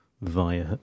via